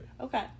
Okay